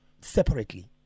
separately